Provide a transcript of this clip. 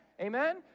amen